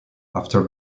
after